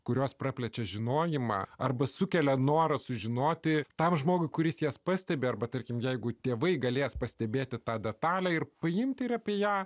kurios praplečia žinojimą arba sukelia norą sužinoti tam žmogui kuris jas pastebi arba tarkim jeigu tėvai galės pastebėti tą detalę ir paimti ir apie ją